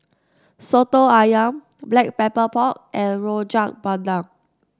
Soto ayam Black Pepper Pork and Rojak Bandung